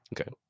Okay